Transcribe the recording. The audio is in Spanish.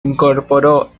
incorporó